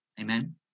Amen